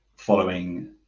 following